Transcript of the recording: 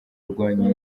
kurwanya